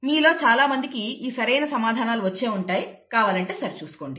మీలో చాలామందికి ఈ సరైన సమాధానాలు వచ్చే ఉంటాయి కావాలంటే సరిచూసుకోండి